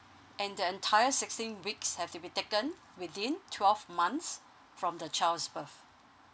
and the entire sixteen weeks have to be taken within twelve months from the child's birth